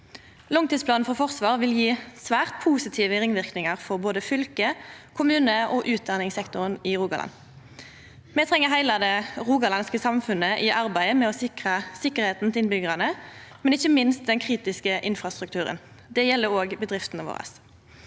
Langtidsplanen for Forsvaret vil gje svært positive ringverknader for både fylket, kommunar og utdanningssektoren i Rogaland. Me treng heile det rogalandske samfunnet i arbeidet med å sikra innbyggjarane og ikkje minst den kritiske infrastrukturen. Det gjeld òg bedriftene våre.